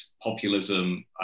populism